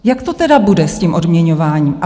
Jak to tedy bude s tím odměňováním?